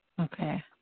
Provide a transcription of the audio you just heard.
Okay